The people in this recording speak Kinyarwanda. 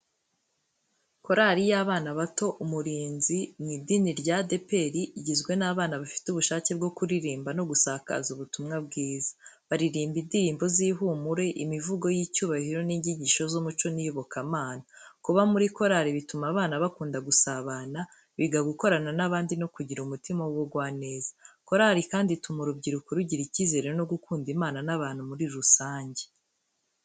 Korari y'abana bato Umurinzi mu idini rya ADEPERI igizwe n'abana bafite ubushake bwo kuririmba no gusakaza ubutumwa bwiza. Baririmba indirimbo z'ihumure, imivugo y’icyubahiro n’inyigisho z’umuco n’iyobokamana. Kuba muri korari bituma abana bakunda gusabana, biga gukorana n’abandi no kugira umutima w’ubugwaneza. Korari kandi ituma urubyiruko rugira icyizere no gukunda Imana n’abantu muri rusange.